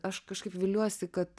aš kažkaip viliuosi kad